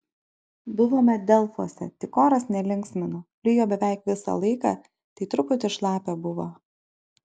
buvome delfuose tik oras nelinksmino lijo beveik visą laiką tai truputį šlapia buvo